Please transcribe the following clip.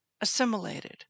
assimilated